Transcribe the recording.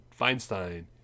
Feinstein